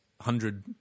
hundred